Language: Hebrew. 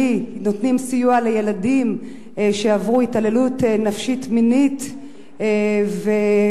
אל"י נותנים סיוע לילדים שעברו התעללות נפשית מינית ופיזית,